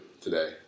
today